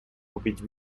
купить